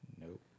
Nope